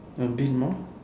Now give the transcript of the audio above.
a bit more